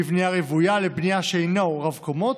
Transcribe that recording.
בבנייה רוויה לבניין שאינו רב-קומות.